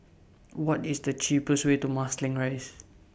What IS The cheapest Way to Marsiling Rise